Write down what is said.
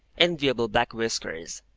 enviable black whiskers,